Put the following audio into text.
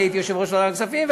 אני הייתי יושב-ראש ועדת הכספים,